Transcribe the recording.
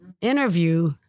interview